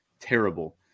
terrible